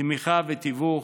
תמיכה ותיווך,